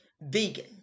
vegan